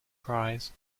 prize